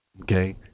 okay